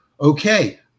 okay